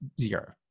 zero